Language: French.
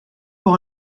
pour